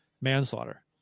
manslaughter